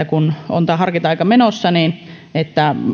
kun on harkinta aika menossa että